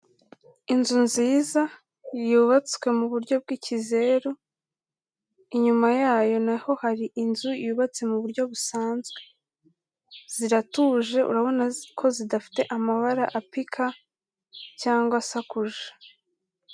Inzu nziza yubatswe mu buryo bw'ikizeru, inyuma yayo na ho hari inzu yubatse mu buryo busanzwe, ziratuje urabona ko zidafite amabara apika cyangwa asakuje.